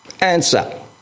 answer